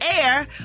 Air